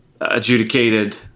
adjudicated